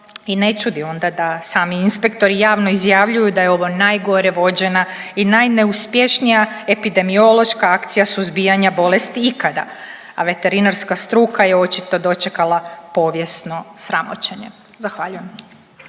i ne čudi onda da sami inspektori javno izjavljuju da je ovo najgore vođena i najneuspješnija epidemiološka akcija suzbijanja bolesti ikada, a veterinarska struka je očito dočekala povijesno sramoćenje. Zahvaljujem.